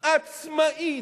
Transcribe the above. עצמאית,